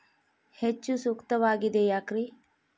ಹೆಚ್ಚು ಸೂಕ್ತವಾಗಿದೆ ಯಾಕ್ರಿ?